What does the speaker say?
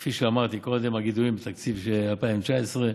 כפי שאמרתי קודם, הגידולים בתקציבי 2019: